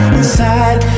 inside